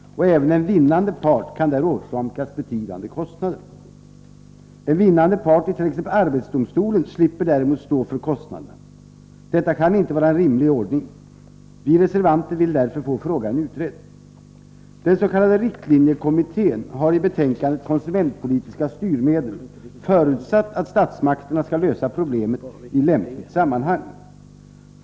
Även en vinnande part kan åsamkas betydande kostnader. En vinnande part i exempelvis arbetsdomstolen slipper däremot att stå för kostnaderna. Detta kan inte vara en rimlig ordning. Vi reservanter vill därför få frågan utredd. Den s.k. riktlinjekommittén har i betänkandet Konsumentpolitiska styrmedel förutsatt att statsmakterna skall lösa problemet i lämpligt sammanhang.